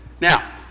Now